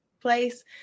place